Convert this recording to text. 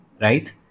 right